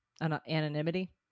Anonymity